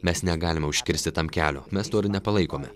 mes negalime užkirsti tam kelio mes to ir nepalaikome